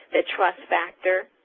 the trust factor,